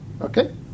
okay